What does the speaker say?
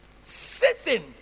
sitting